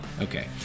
Okay